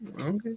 Okay